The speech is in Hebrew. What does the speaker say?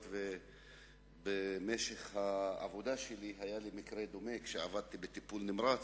היות שבמהלך העבודה שלי נתקלתי במקרה דומה כאשר עבדתי בטיפול נמרץ.